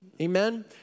Amen